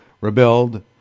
rebelled